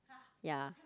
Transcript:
ya